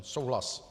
Souhlas.